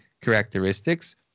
characteristics